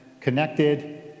connected